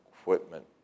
equipment